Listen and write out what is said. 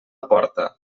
porta